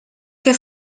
que